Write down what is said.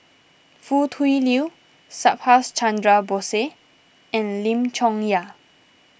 Foo Tui Liew Subhas Chandra Bose and Lim Chong Yah